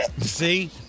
See